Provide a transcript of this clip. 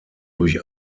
durch